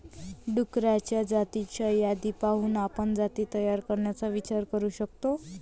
डुक्करांच्या जातींची यादी पाहून आपण जाती तयार करण्याचा विचार करू शकतो